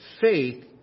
faith